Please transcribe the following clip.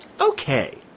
Okay